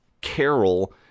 carol